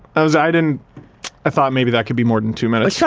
i was i didn't i thought maybe that could be more than two minutes. yeah